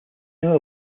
now